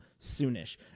soonish